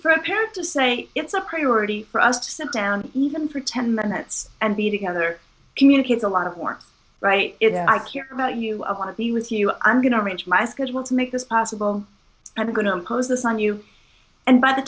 a parent to say it's a priority for us to sit down even for ten minutes and be together community is a lot of work right if i care about you i want to be with you i'm going to arrange my schedule to make this possible i'm going to impose this on you and by the